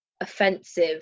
offensive